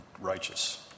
righteous